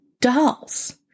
dolls